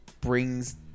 brings